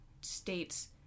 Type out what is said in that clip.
states